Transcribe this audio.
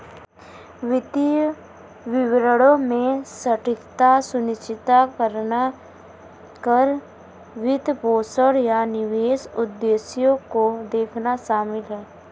वित्तीय विवरणों में सटीकता सुनिश्चित करना कर, वित्तपोषण, या निवेश उद्देश्यों को देखना शामिल हैं